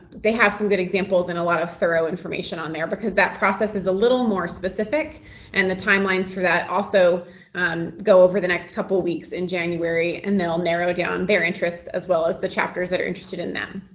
they have some good examples and a lot of thorough information on there because that process is a little more specific and the timelines for that also um go over the next couple weeks in january. and they'll narrow down their interests as well as the chapters that are interested in them.